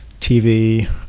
TV